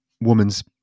woman's